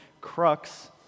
Crux